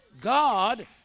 God